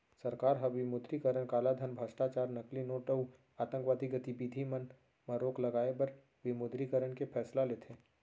सरकार ह विमुद्रीकरन कालाधन, भस्टाचार, नकली नोट अउ आंतकवादी गतिबिधि मन म रोक लगाए बर विमुद्रीकरन के फैसला लेथे